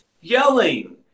yelling